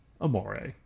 Amore